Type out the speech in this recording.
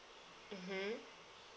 mmhmm